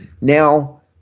Now